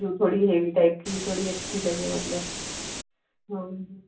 जो थोड़ी heavy type की थोड़ी अच्छी लगे मतलब